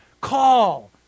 call